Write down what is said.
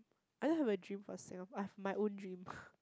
I don't have a dream for Singapore I have my own dream